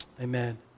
Amen